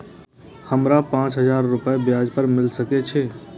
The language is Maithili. हमरा पाँच हजार रुपया ब्याज पर मिल सके छे?